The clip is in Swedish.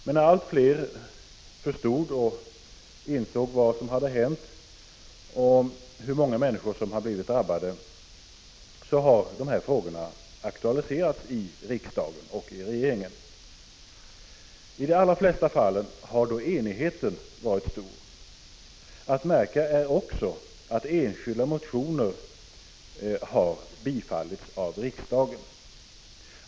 Sedan allt fler har insett vad som har hänt och hur många människor som har blivit drabbade har dessa frågor aktualiserats i riksdag och regering. I de allra flesta fall har enigheten varit stor. Att märka är också att enskilda motioner har bifallits av riksdagen.